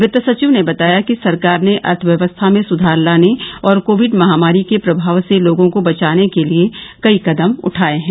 वित्त सचिव ने बताया कि सरकार ने अर्थव्यवस्था में सुधार लाने और कोविड महामारी के प्रमाव से लोगों को बचाने के लिए कई कदम उठाए हैं